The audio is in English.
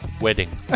Wedding